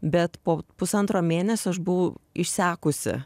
bet po pusantro mėnesio aš buvau išsekusi